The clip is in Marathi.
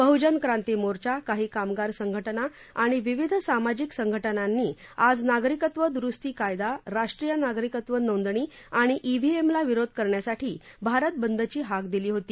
बहजनक्रांती मोर्चा काही कामगार संघटना आणि विविध सामाजिक संघटनांनी आज नागरिकत्व दुरुस्ती कायदा राष्ट्रीय नागरिकत्व नोंदणी आणि ईव्हीएमला विरोध करण्यासाठी भारत बंदची हाक दिली होती